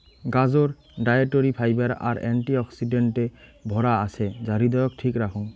গাজর dietary fibre আর অ্যান্টি অক্সিডেন্টে ভরা আছে যা হৃদয়ক ঠিক রাখং